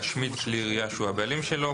להשמיד כלי ירייה שהוא הבעלים שלו.